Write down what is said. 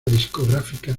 discográfica